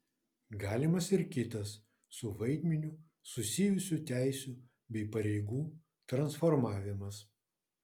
galimas ir kitas su vaidmeniu susijusių teisių bei pareigų transformavimas